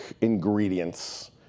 ingredients